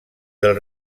del